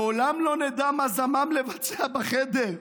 לעולם לא נדע מה זמם לבצע בחדר,